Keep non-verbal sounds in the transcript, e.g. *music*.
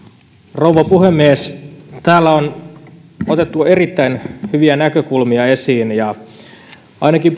rouva puhemies täällä on otettu erittäin hyviä näkökulmia esiin ainakin *unintelligible*